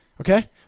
Okay